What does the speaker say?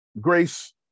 Grace